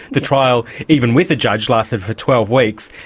the trial, even with a judge, lasted for twelve weeks,